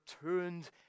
turned